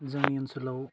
जाय ओनसोलाव